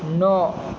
न'